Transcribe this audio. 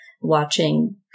watching